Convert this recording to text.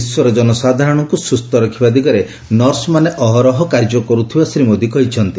ବିଶ୍ୱର ଜନସାଧାରଣଙ୍କୁ ସୁସ୍ଥ ରଖିବା ଦିଗରେ ନର୍ସମାନେ ଅହରହ କାର୍ଯ୍ୟ କରୁଥିବାର ଶ୍ରୀ ମୋଦୀ କହିଛନ୍ତି